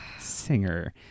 singer